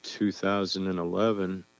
2011